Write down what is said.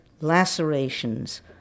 lacerations